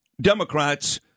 Democrats